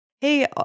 Hey